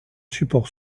support